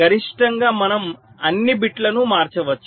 గరిష్టంగా మనం అన్ని బిట్లను మార్చవచ్చు